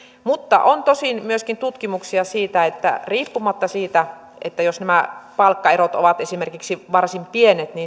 mutta on tosin myöskin tutkimuksia siitä että huolimatta siitä jos esimerkiksi nämä palkkaerot ovat varsin pienet